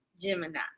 Gemini